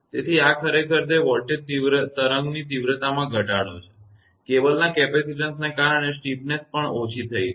તેથી આ ખરેખર તે વોલ્ટેજ તરંગની તીવ્રતામાં ઘટાડો છે કેબલના કેપેસિટીન્સને કારણે સ્ટીપનેસ પણ ઓછી થઈ છે